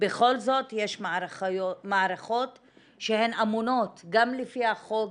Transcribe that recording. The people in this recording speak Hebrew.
בכל זאת יש מערכות שהן אמונות גם לפי החוק,